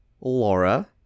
Laura